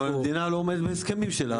אבל המדינה לא עומדת בהסכמים שלה,